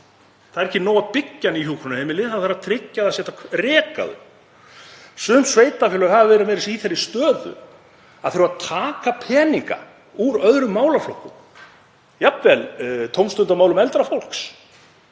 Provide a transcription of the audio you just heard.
Það er ekki nóg að byggja ný hjúkrunarheimili, það þarf að tryggja að hægt sé að reka þau. Sum sveitarfélög hafa verið í þeirri stöðu að þurfa að taka peninga úr öðrum málaflokkum, jafnvel tómstundamálum eldra fólks,